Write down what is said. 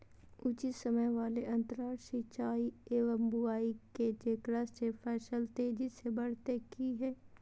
उचित समय वाले अंतराल सिंचाई एवं बुआई के जेकरा से फसल तेजी से बढ़तै कि हेय?